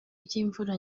by’imvura